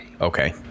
Okay